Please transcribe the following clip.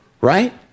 Right